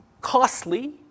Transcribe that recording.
costly